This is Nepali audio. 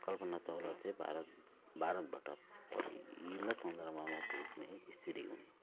कल्पना चावला चाहिँ भारत भारतबाट पहिला चन्द्रमामा पुग्ने स्त्री हुन्